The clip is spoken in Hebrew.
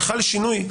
שינוי,